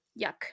yuck